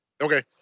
okay